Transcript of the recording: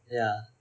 ya